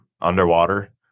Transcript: underwater